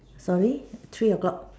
sorry three o-clock